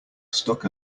stuck